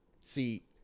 See